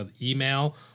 email